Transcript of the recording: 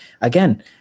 again